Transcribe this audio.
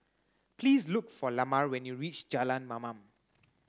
please look for Lamar when you reach Jalan Mamam